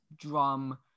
drum